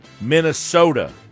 Minnesota